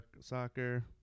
soccer